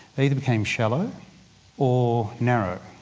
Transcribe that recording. they either became shallow or narrow.